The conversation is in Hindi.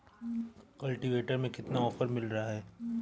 कल्टीवेटर में कितना ऑफर मिल रहा है?